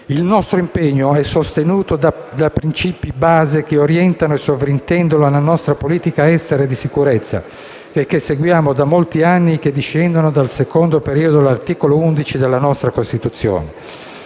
Il nostro impegno è sostenuto da principi base che orientano e sovrintendono alla nostra politica estera e di sicurezza, che seguiamo da molti anni e che discendono dal secondo periodo dell'articolo 11 della nostra Costituzione.